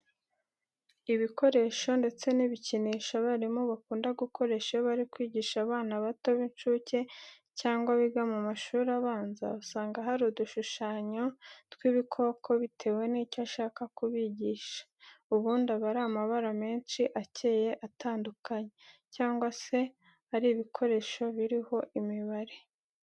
Ibikoresho ndetse n'ibikinisho abarimu bakunda gukoresha iyo bari kwigisha abana bato b'incuke cyangwa biga mu mashuri abanza, usanga hari udushushanyo tw'ibikoko bitewe n'icyo ashaka kubigisha, ubundi aba ari amabara menshi akeye atandukanye, cyangwa se ari ibikoresho biriho imibare.